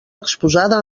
exposada